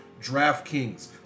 DraftKings